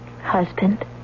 Husband